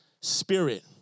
spirit